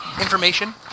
Information